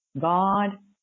God